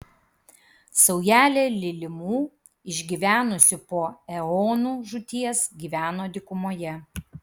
saujelė lilimų išgyvenusių po eonų žūties gyveno dykumoje